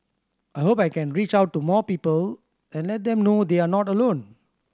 I hope I can reach out to more people and let them know they're not alone